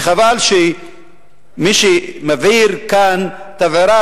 וחבל שמי שמבעיר כאן תבערה,